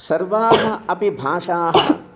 सर्वाः अपि भाषाः